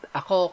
ako